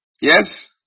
Yes